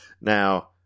Now